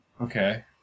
Okay